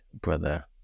brother